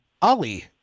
Ali